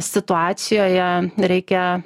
situacijoje reikia